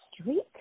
street